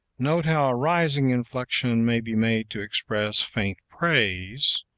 note how a rising inflection may be made to express faint praise,